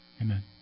Amen